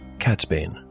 Catsbane